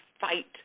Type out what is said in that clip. fight